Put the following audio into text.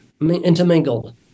intermingled